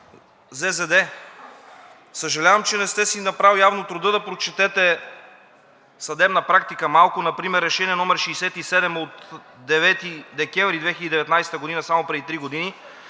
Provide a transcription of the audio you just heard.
ЗЗД. Съжалявам, че не сте си направили явно труда да прочетете малко съдебна практика, например Решение № 67 от 9 декември 2019 г. – само преди три години,